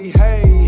hey